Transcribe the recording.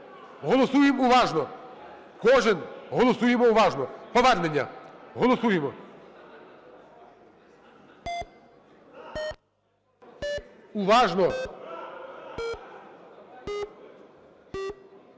Голосуємо уважно! Кожен голосуємо уважно! Повернення. Голосуємо. Уважно!